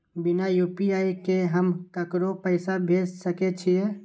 बिना यू.पी.आई के हम ककरो पैसा भेज सके छिए?